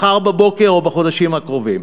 מחר בבוקר או בחודשים הקרובים,